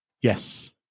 Yes